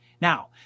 Now